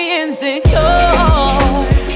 insecure